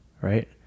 right